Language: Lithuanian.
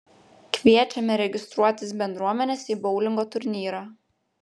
kviečiame registruotis bendruomenes į boulingo turnyrą